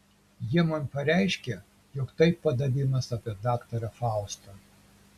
jie man pareiškė jog tai padavimas apie daktarą faustą